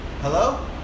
hello